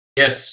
yes